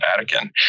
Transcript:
Vatican